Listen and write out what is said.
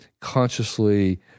consciously